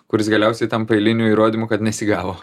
kuris galiausiai tampa eiliniu įrodymu kad nesigavo